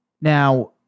Now